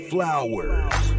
Flowers